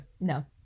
No